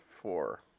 four